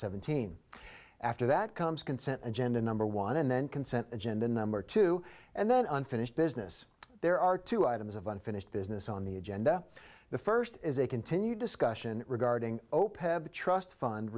seventeen after that comes consent agenda number one and then consent agenda number two and then unfinished business there are two items of unfinished business on the agenda the first is a continued discussion regarding opec the trust fund